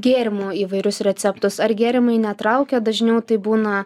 gėrimų įvairius receptus ar gėrimai netraukia dažniau tai būna